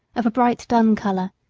of a bright dun color,